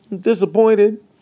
disappointed